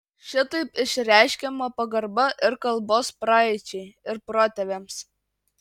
šitaip išreiškiama pagarba ir kalbos praeičiai ir protėviams